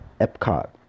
Epcot